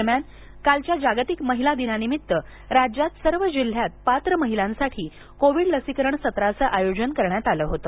दरम्यान कालच्या जागतिक महिला दिनानिमित्त राज्यात सर्व जिल्ह्यात पात्र महिलांसाठी कोविड लसीकरण सत्राचे आयोजन करण्यात आले होते